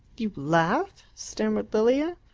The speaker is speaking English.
you laugh? stammered lilia.